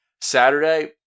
Saturday